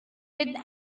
with